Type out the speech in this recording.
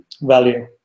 value